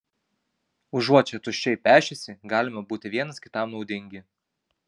užuot čia tuščiai pešęsi galime būti vienas kitam naudingi